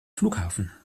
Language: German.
flughafen